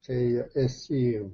kai esi